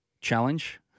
challenge